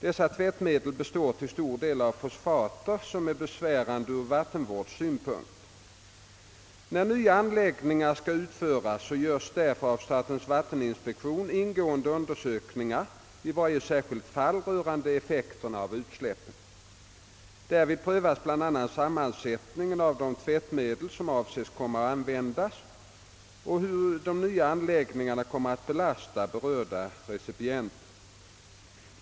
Dessa tvättmedel består till stor del av fosfater, som är besvärande ur vattenvårdssynpunkt. När nya anläggningar skall utföras görs därför av statens vatteninspektion ingående undersökningar i varje särskilt fall rö rande effekterna av utsläppen. Härvid prövas bl.a, sammansättningen av de tvättmedel, som avses komma att användas, och hur de nya anläggningarna kommer att belasta berörda recipienter.